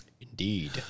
Indeed